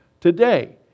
today